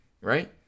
Right